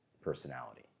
personality